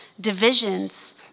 divisions